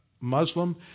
Muslim